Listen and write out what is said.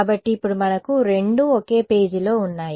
కాబట్టి ఇప్పుడు మనకు రెండూ ఒకే పేజీలో ఉన్నాయి